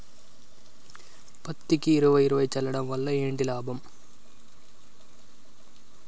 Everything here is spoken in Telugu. పత్తికి ఇరవై ఇరవై చల్లడం వల్ల ఏంటి లాభం?